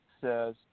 says